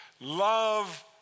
Love